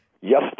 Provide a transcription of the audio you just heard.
Yes